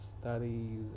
studies